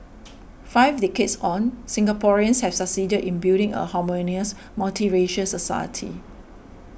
five decades on Singaporeans have succeeded in building a harmonious multiracial society